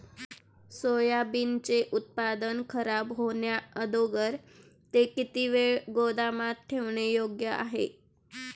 सोयाबीनचे उत्पादन खराब होण्याअगोदर ते किती वेळ गोदामात ठेवणे योग्य आहे?